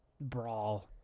brawl